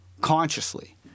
consciously